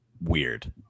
weird